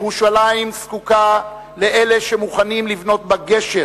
ירושלים זקוקה לאלה שמוכנים לבנות בה גשר